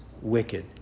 Wicked